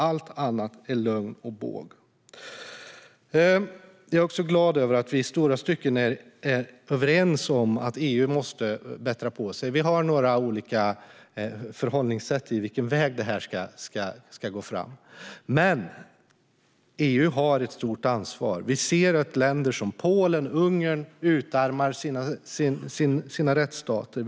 Allt annat är lögn och båg. Jag är glad över att vi i stora stycken är överens om att EU måste bättra sig. Vi har några olika förhållningssätt när det gäller vilken väg vi ska gå fram. EU har ett stort ansvar. Vi ser att länder som Polen och Ungern utarmar sina rättsstater.